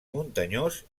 muntanyós